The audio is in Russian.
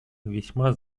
весьма